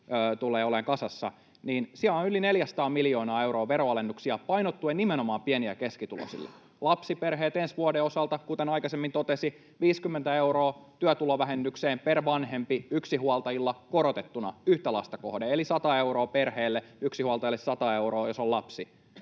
tulee olemaan kasassa — niin siellä on yli 400 miljoonaa euroa veronalennuksia painottuen nimenomaan pieni- ja keskituloisille. Lapsiperheille ensi vuoden osalta, kuten aikaisemmin totesin, 50 euroa työtulovähennykseen per vanhempi, yksinhuoltajille korotettuna yhtä lasta kohden, eli 100 euroa perheelle, yksinhuoltajalle, 100 euroa, jos on lapsi.